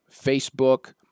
Facebook